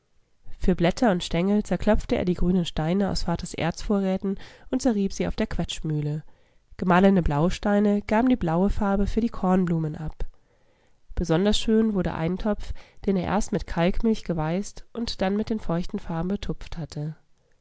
für blätter und stengel zerklopfte er die grünen steine aus vaters erzvorräten und zerrieb sie auf der quetschmühle gemahlene blausteine gaben die blaue farbe für die kornblumen ab besonders schön wurde ein topf den er erst mit kalkmilch geweißt und dann mit den feuchten farben betupft hatte